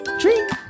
drink